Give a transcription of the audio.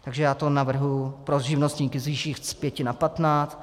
Takže já to navrhuji pro živnostníky zvýšit z pěti na patnáct.